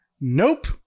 nope